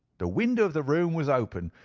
the window of the room was open,